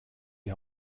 die